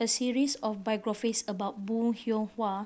a series of biographies about Bong Hiong Hwa